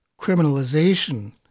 criminalization